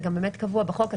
זה גם אמת קבוע בחוק.